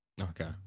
Okay